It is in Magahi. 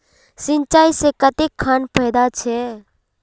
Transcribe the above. सिंचाई से कते खान फायदा छै?